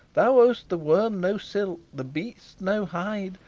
thou owest the worm no silk, the beast no hide,